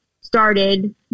started